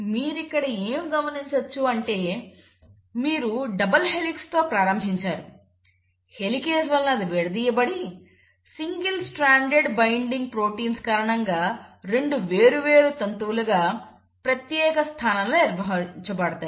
మీరు ఇక్కడ ఏమి గమనించవచ్చు అంటే మీరు డబుల్ హెలిక్స్ తో ప్రారంభించారు హెలికేస్ వలన అది విడదీయబడి సింగిల్ స్ట్రాండ్ బైండింగ్ ప్రోటీన్ల కారణంగా 2 వేరు వేరు తంతువులుగా ప్రత్యేక స్థానంలో నిర్వహించబడతాయి